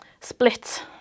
split